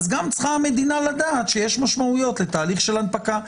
אז גם צריכה המדינה לדעת שיש משמעויות לתהליך של הנפקה.